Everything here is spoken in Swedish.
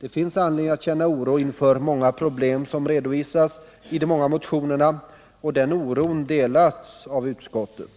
Det finns anledning att känna oro inför många problem som redovisas i motionerna, och den oron delas av utskottet.